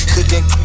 Cooking